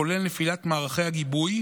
כולל נפילת מערכי הגיבוי,